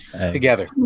Together